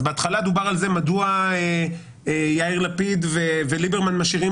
אז בהתחלה דובר על זה מדוע יאיר לפיד וליברמן משאירים